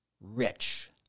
rich